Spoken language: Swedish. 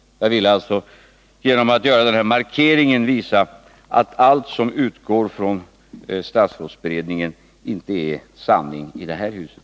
Jag vill alltså genom att göra den här markeringen visa att allt som utgår från statsrådsberedningen inte är sanning i det här huset.